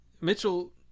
Mitchell